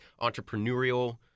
entrepreneurial